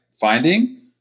finding